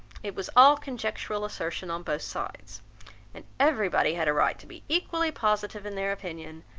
it was all conjectural assertion on both sides and every body had a right to be equally positive in their opinion,